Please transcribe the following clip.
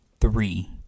Three